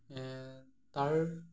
তাৰ